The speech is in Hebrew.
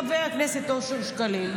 חבר הכנסת אושר שקלים,